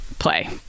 Play